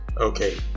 okay